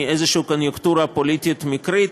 מאיזושהי קוניונקטורה פוליטית פנימית,